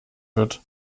wird